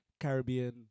Caribbean